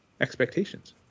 expectations